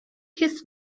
his